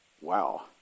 Wow